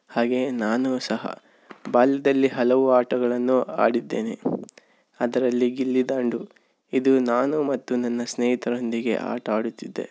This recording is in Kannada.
ಹಾಗೆಯೇ ನಾನು ಸಹ ಬಾಲ್ಯದಲ್ಲಿ ಹಲವು ಆಟಗಳನ್ನು ಆಡಿದ್ದೇನೆ ಅದರಲ್ಲಿ ಗಿಲ್ಲಿದಾಂಡು ಇದು ನಾನು ಮತ್ತು ನನ್ನ ಸ್ನೇಹಿತರೊಂದಿಗೆ ಆಟ ಆಡುತ್ತಿದ್ದೆ